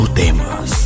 temas